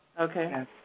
Okay